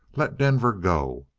let denver go,